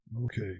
okay